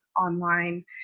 online